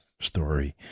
story